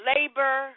Labor